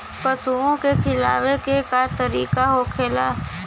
पशुओं के खिलावे के का तरीका होखेला?